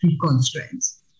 constraints